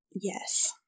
Yes